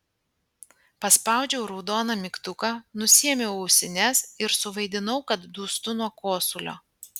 paspaudžiau raudoną mygtuką nusiėmiau ausines ir suvaidinau kad dūstu nuo kosulio